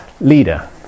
leader